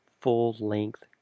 full-length